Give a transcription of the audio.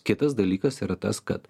kitas dalykas yra tas kad